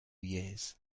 years